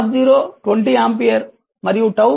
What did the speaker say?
i 20 ampere మరియు 𝜏 0